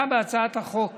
הצעת חוק